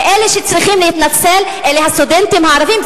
ואלה שצריכים להתנצל אלה לא הסטודנטים הערבים,